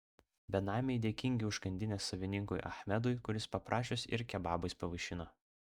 benamiai dėkingi užkandinės savininkui achmedui kuris paprašius ir kebabais pavaišina